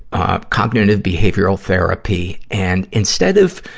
ah, cognitive behavioral therapy. and, instead of